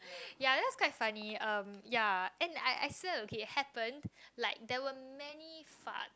ya that's quite funny um ya and I I swear okay happened like they were many fart